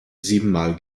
siebenmal